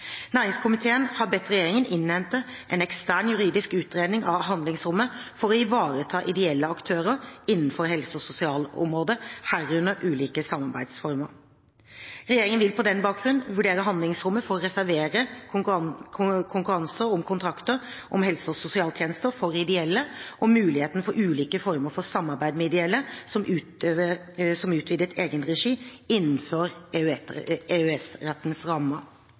Næringskomiteen har bedt regjeringen innhente en ekstern juridisk utredning av handlingsrommet for å ivareta ideelle aktører innenfor helse- og sosialområdet, herunder ulike samarbeidsformer. Regjeringen vil på den bakgrunn vurdere handlingsrommet for å reservere konkurranser om kontrakter om helse- og sosialtjenester for ideelle, og muligheten for ulike former for samarbeid med ideelle, som utvidet egenregi, innenfor EØS-rettens rammer.